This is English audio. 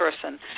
person